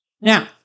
Now